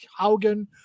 haugen